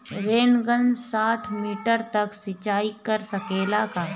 Rain gun साठ metre तक सिचाई कर सकेला का?